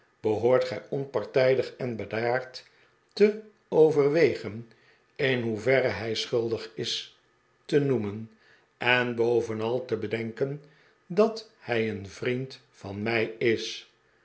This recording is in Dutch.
behoort gij onpartijdig en bedaard te overwegen in hoeverre hij schuldig is te noemen en bovenal te bedenken dat hij een vriend van mij is